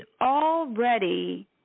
already